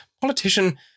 politician